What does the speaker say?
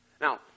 Now